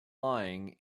lying